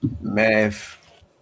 Math